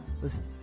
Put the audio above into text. Listen